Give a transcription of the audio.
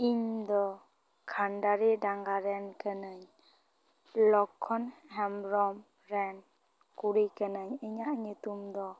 ᱤᱧᱫᱚ ᱠᱷᱟᱱᱰᱟᱨᱤ ᱰᱟᱝᱜᱟᱨᱮᱱ ᱠᱟᱹᱱᱟᱹᱧ ᱞᱚᱠᱽᱠᱷᱚᱱ ᱦᱮᱢᱵᱨᱚᱢ ᱨᱮᱱ ᱠᱩᱲᱤ ᱠᱟᱹᱱᱟᱹᱧ ᱤᱧᱟᱹᱜ ᱧᱩᱛᱩᱢ ᱫᱚ